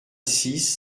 six